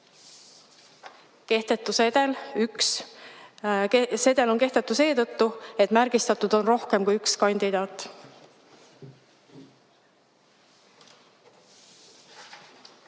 56.Kehtetu sedel – 1. Sedel on kehtetu seetõttu, et märgistatud on rohkem kui üks kandidaat. Martin